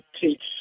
teach